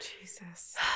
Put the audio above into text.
Jesus